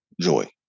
Joy